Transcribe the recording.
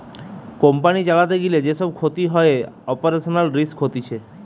company চালাতে গিলে যে সব ক্ষতি হয়ে অপারেশনাল রিস্ক হতিছে